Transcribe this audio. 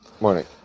Morning